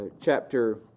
chapter